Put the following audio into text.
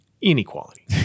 inequality